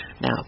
Now